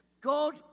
God